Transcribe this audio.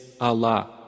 Allah